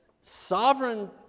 sovereign